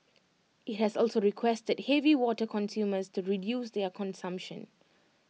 IT has also requested heavy water consumers to reduce their consumption